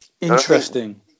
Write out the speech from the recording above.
Interesting